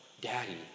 daddy